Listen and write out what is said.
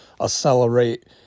accelerate